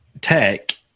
tech